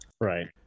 Right